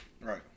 Right